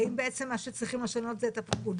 האם מה שצריכים לשנות זה את הפקודה,